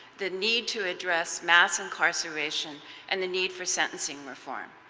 the need to address mass incarceration and the need for sentencing reform.